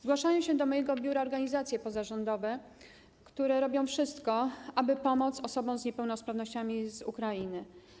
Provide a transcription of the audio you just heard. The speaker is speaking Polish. Zgłaszają się do mojego biura organizacje pozarządowe, które robią wszystko, aby pomóc osobom z niepełnosprawnościami z Ukrainy.